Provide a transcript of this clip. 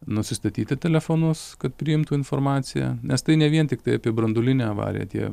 nusistatyti telefonus kad priimtų informaciją nes tai ne vien tiktai apie branduolinę avariją tie